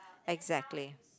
exactly